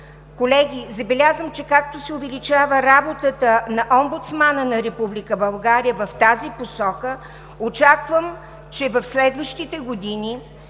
Колеги, забелязвам, че както се увеличава работата на омбудсмана на Република България в тази посока, очаквам, че в следващите години